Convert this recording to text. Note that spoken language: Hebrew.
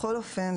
בכל אופן,